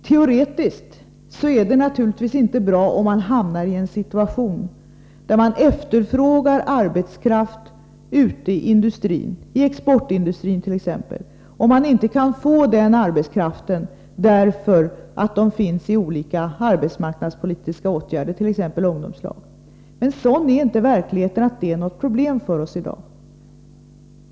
Teoretiskt är det naturligtvis inte bra om man hamnar i en situation där arbetskraft efterfrågas ute i t.ex. exportindustrin och industrin inte kan få den arbetskraften därför att den är upptagen i olika arbetsmarknadspolitiska åtgärder, t.ex. ungdomslag. Men verkligheten är inte sådan att det är något problem för oss i dag.